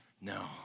no